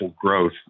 growth